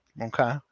Okay